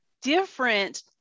different